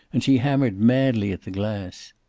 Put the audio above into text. and she hammered madly at the glass.